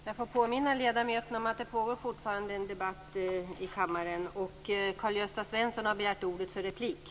Jag får påminna ledamöterna om att det fortfarande pågår en debatt i kammaren.